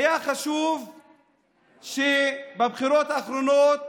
היה חשוב שבבחירות האחרונות,